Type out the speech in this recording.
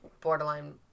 borderline